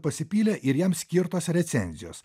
pasipylė ir jam skirtos recenzijos